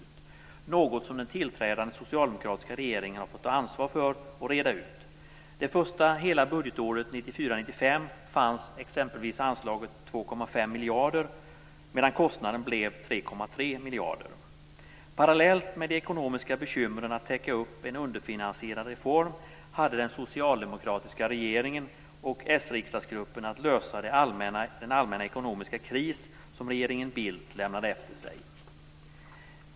Det är något som den tillträdande socialdemokratiska regeringen har fått ta ansvar för och reda ut. Det första hela budgetåret 1994/95 fanns exempelvis anslaget 2,5 miljarder medan kostnaden blev Parallellt med de ekonomiska bekymren att täcka upp en underfinansierad reform hade den socialdemokratiska regeringen och s-riksdagsgruppen att ta sig ur den allmänna ekonomiska kris som regeringen Bildt lämnade efter sig.